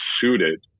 suited